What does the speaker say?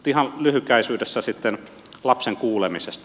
ihan lyhykäisyydessään sitten lapsen kuulemisesta